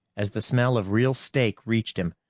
as the smell of real steak reached him,